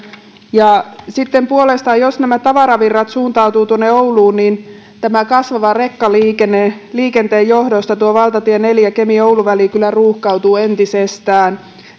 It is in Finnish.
sitten puolestaan jos nämä tavaravirrat suuntautuvat tuonne ouluun niin tämän kasvavan rekkaliikenteen johdosta valtatie neljä kemi oulu väli kyllä ruuhkautuu entisestään